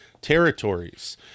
territories